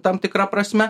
tam tikra prasme